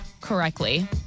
correctly